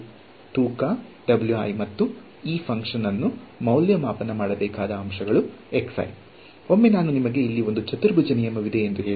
ಇದು ಎಷ್ಟು ಶಕ್ತಿಯುತ ವಾಗಿದೆ ಎಂದು ನೀವು ನೋಡುತ್ತೀರಿ ಯಾವುದೇ ಫಂಕ್ಷನ್ ನ ವಿಶ್ಲೇಷಣಾತ್ಮಕ ಅವಿಭಾಜ್ಯವನ್ನು ನಾನು ತಿಳಿದುಕೊಳ್ಳಬೇಕಾಗಿಲ್ಲ ನನಗೆ ಫಂಕ್ಷನ್ ಮೌಲ್ಯಗಳು ಬೇಕು